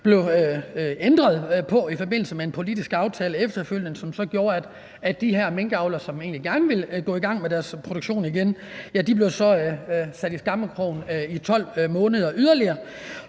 blev ændret på i forbindelse med en politisk aftale, som gjorde, at de her minkavlere, som egentlig gerne ville gå i gang med deres produktion igen, blev sat i skammekrogen i 12 måneder yderligere.